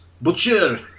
Butcher